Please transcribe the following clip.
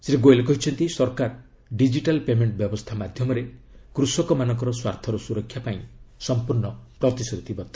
ଶ୍ରୀ ଗୋଏଲ୍ କହିଛନ୍ତି ସରକାର digital payment ବ୍ୟବସ୍ଥା ମାଧ୍ୟମରେ କୃଷକମାନଙ୍କ ସ୍ୱାର୍ଥର ସୁରକ୍ଷା ପାଇଁ ପ୍ରତିଶ୍ରୁତିବଦ୍ଧ